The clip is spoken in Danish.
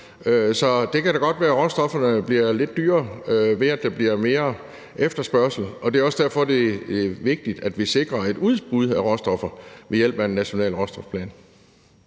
så det kan da godt være, at råstofferne bliver lidt dyrere, ved at der bliver mere efterspørgsel, og det er også derfor, det er vigtigt, at vi sikrer et udbud af råstoffer ved hjælp af en national råstofplan.